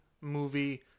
movie